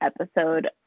episode